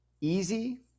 easy